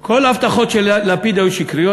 כל ההבטחות של לפיד היו שקריות.